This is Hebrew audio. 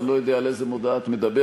ואני לא יודע על איזו מודעה את מדברת.